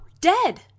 dead